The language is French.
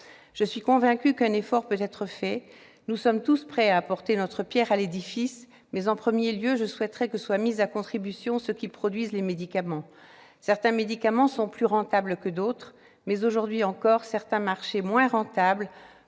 Je suis convaincue qu'un effort peut être fait. Nous sommes tous prêts à apporter notre pierre à l'édifice, mais, en premier lieu, je souhaiterais que soient mis à contribution ceux qui produisent les médicaments. Certains médicaments sont plus rentables que d'autres, mais, aujourd'hui encore, certains marchés moins rentables